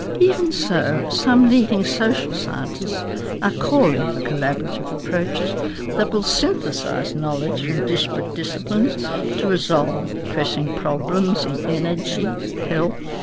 even so, some leading social scientists are calling for collaborative approaches that will synthesise knowledge from disparate disciplines to resolve pressing problems in energy, health,